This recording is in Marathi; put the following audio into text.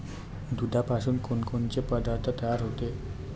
दुधापासून कोनकोनचे पदार्थ तयार होते?